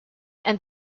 and